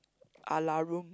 ala room